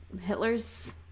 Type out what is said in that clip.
Hitler's